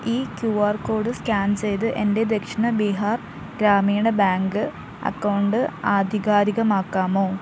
ഈ Q R code scan ചെയ്ത് എൻ്റെ ദക്ഷിണ ബിഹാർ ഗ്രാമീണ ബാങ്ക് അക്കൗണ്ട് ആധികാരികമാക്കാമോ